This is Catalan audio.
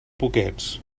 poquets